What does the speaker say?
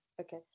okay